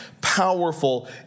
powerful